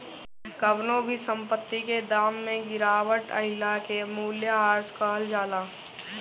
कवनो भी संपत्ति के दाम में गिरावट आइला के मूल्यह्रास कहल जाला